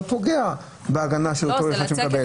אבל הוא פוגע בהגנה על אותו אחד שמקבל את הקנס.